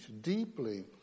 deeply